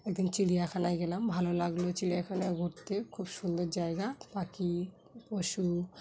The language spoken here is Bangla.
একদিন চিড়িয়াখানায় গেলাম ভালো লাগলো চিড়িয়াখানায় ঘুরতে খুব সুন্দর জায়গা পাখি পশু